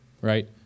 Right